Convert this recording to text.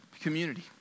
community